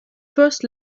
first